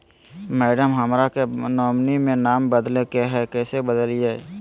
madam, हमरा के nominee में नाम बदले के हैं, कैसे बदलिए